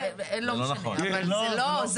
זה לא יקרה.